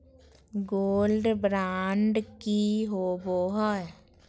Gold bond की होबो है?